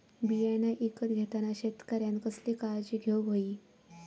बियाणा ईकत घेताना शेतकऱ्यानं कसली काळजी घेऊक होई?